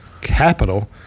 capital